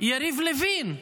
יריב לוין.